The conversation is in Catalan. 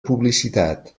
publicitat